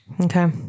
Okay